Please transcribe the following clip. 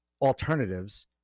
alternatives